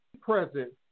present